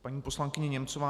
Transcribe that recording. Paní poslankyně Němcová.